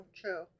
true